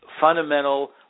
fundamental